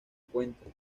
cuenta